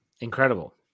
Incredible